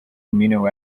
amino